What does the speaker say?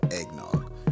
eggnog